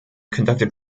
conducted